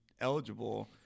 eligible